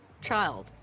child